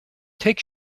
take